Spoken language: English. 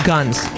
Guns